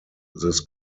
this